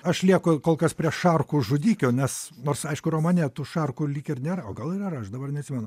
aš lieku kol kas prie šarkų žudikių nes nors aišku romane tų šarkų lyg ir nėra o gal ir yra aš dabar neatsimenu